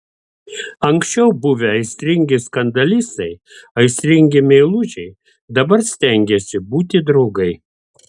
anksčiau buvę aistringi skandalistai aistringi meilužiai dabar stengėsi būti draugai